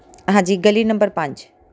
ਹਾਂਜੀ ਗਲੀ ਨੰਬਰ ਪੰਜ